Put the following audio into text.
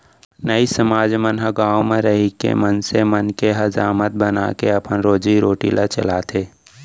नाई समाज मन ह गाँव म रहिके मनसे मन के हजामत बनाके अपन रोजी रोटी ल चलाथे